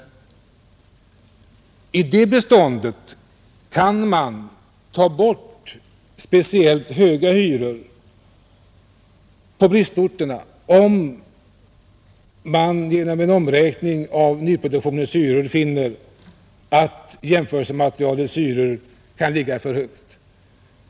I det beståndet kan man ta bort speciellt höga hyror på bristorter, om man genom en omräkning av nyproduktionens hyror finner att jämförelsematerialets hyror kan ligga för högt.